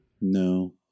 No